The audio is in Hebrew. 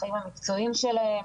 לחיים המקצועיים שלהם,